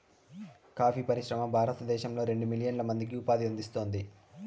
coffee పరిశ్రమ భారతదేశంలో రెండు మిలియన్ల మందికి ఉపాధిని అందిస్తాంది